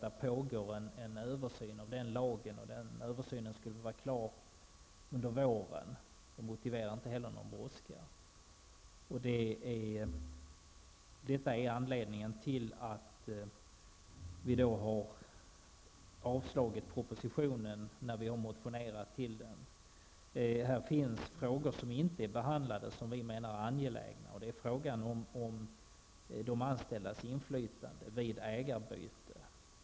Det pågår nu en översyn av lagen om fastighetsförvärv, och den översynen skall vara klar under våren. Även detta gör brådskan omotiverad. Detta är anledningen till att vi i en motion har yrkat avslag på propositionen. Det finns frågor som inte är behandlade men som vi menar är angelägna. Det gäller de anställdas inflytande vid ägarbyte.